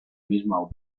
mismo